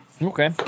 Okay